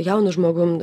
jaunu žmogum